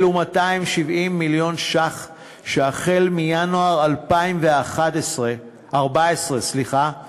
אלו 270 מיליון ש"ח שמינואר 2014 מגיעים